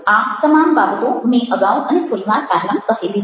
આ તમામ બાબતો મેં અગાઉ અને થોડી વાર પહેલાં કહેલી છે